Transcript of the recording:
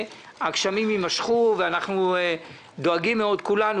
הגשמים יימשכו ואנחנו דואגים מאוד כולנו,